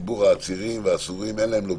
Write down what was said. לציבור העצורים והאסירים אין לו לוביסטים,